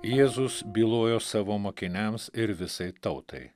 jėzus bylojo savo mokiniams ir visai tautai